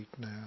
now